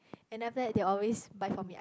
and after that they always buy for me